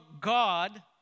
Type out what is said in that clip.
God